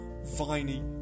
viny